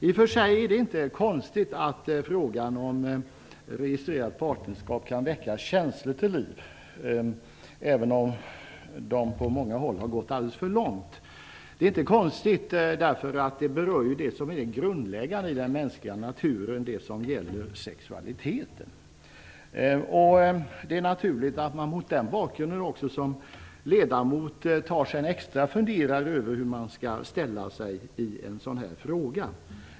I och för sig är det inte konstigt att frågan om registrerat partnerskap kan väcka känslor till liv, även om de på många håll har gått aldeles för långt. Det är inte konstigt, eftersom frågan berör det grundläggande i den mänskliga naturen, nämligen sexualiteten. Det är naturligt att man mot den bakgrunden såsom ledamot tar sig en extra funderare över hur man skall ställa sig till en sådan här fråga.